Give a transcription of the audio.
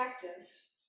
practice